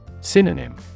Synonym